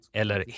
eller